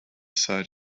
side